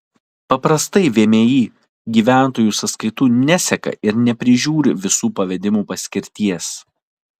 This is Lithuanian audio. paprastai vmi gyventojų sąskaitų neseka ir neprižiūri visų pavedimų paskirties